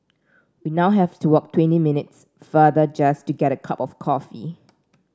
we now have to walk twenty minutes farther just to get a cup of coffee